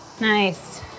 Nice